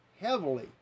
heavily